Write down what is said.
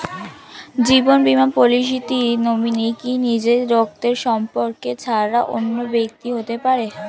জীবন বীমা পলিসিতে নমিনি কি নিজের রক্তের সম্পর্ক ছাড়া অন্য ব্যক্তি হতে পারে?